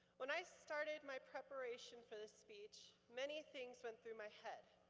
when i started my preparation for this speech, many things went through my head.